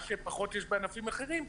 מה שיש פחות בענפים אחרים,